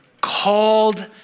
Called